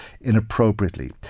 inappropriately